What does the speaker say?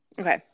Okay